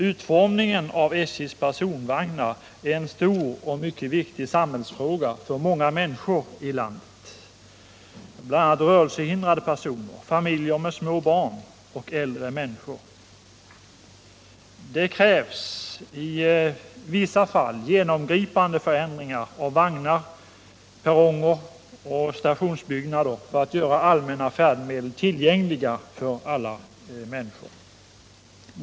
Utformningen av SJ:s personvagnar är för många människor här i landet en mycket viktig samhällsfråga, bl.a. för rörelsehindrade personer, för familjer med små barn samt för äldre människor. Det krävs i vissa fall genomgripande förändringar av vagnar, perronger och stationsbyggnader för att de allmänna färdmedlen skall bli tillgängliga för alla människor.